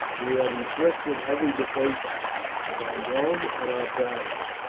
we have inflicted heavy defeats upon rome, and are proud of it.